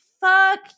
fuck